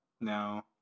No